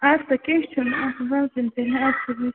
اد سہ کینٛہہ چھُ نہٕ اد سہ بہہ